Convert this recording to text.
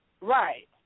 Right